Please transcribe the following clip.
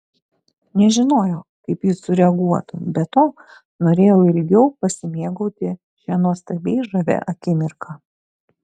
nežinojo kaip jis sureaguotų be to norėjau ilgiau pasimėgauti šia nuostabiai žavia akimirka